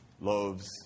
loaves